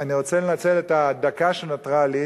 אני רוצה לנצל את הדקה שנותרה לי,